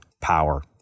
power